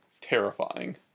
terrifying